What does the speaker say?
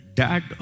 dad